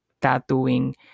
tattooing